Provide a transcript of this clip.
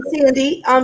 Sandy